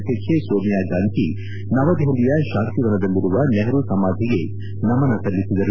ಅಧ್ಯಕ್ಷೆ ಸೋನಿಯಾ ಗಾಂಧಿ ನವದೆಹಲಿಯ ಶಾಂತಿ ವನದಲ್ಲಿರುವ ನೆಹರು ಸಮಾಧಿಗೆ ನಮನ ಸಲ್ಲಿಸಿದ್ದರು